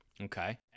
Okay